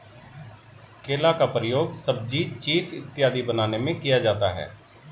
केला का प्रयोग सब्जी चीफ इत्यादि बनाने में किया जाता है